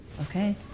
Okay